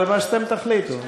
אבל מה שאתם תחליטו.